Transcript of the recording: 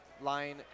Line